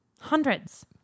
Hundreds